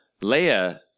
Leia